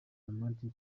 romantic